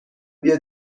بیا